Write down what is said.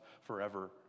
forever